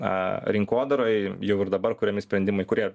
a rinkodarai jau ir dabar kuriami sprendimai kurie